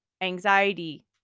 anxiety